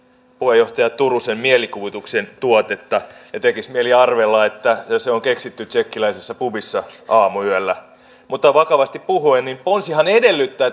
puheenjohtaja turusen mielikuvituksen tuotetta ja tekisi mieli arvella että se on keksitty tsekkiläisessä pubissa aamuyöllä mutta vakavasti puhuen ponsihan edellyttää